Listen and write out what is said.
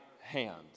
hand